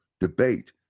debate